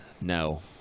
No